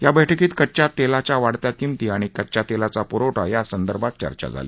या बैठकीत कच्च्या तेलाच्या वाढत्या किंमती आणि कच्च्या तेलाचा पुरवठा यासंदर्भात चर्चा झाली